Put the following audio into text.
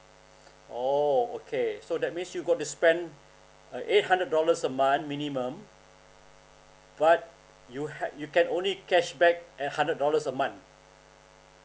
orh okay so that means you got to spend a eight hundred dollars a month minimum but you had you can only cashback at hundred dollars a month